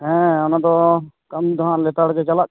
ᱦᱮᱸ ᱚᱱᱟ ᱫᱚ ᱠᱟᱹᱢᱤ ᱫᱚ ᱦᱟᱸᱜ ᱞᱮᱛᱟᱲ ᱜᱮ ᱪᱟᱞᱟᱜ ᱠᱟᱱᱟ